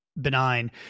benign